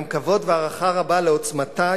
גם כבוד והערכה רבה לעוצמתה,